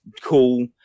cool